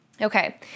Okay